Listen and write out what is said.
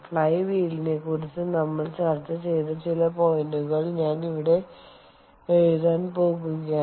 fly വീൽനെ കുറിച്ച് നമ്മൾ ചർച്ച ചെയ്ത ചില പോയിന്റുകൾ ഞാൻ ഇവിടേ എഴുതാൻ പോകുകയാണ്